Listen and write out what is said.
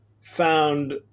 found